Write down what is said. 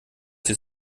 sich